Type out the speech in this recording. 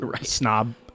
snob